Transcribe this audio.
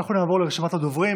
אנחנו נעבור לרשימת הדוברים.